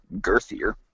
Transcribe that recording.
girthier